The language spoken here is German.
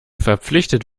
verpflichtet